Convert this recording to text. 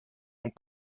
ont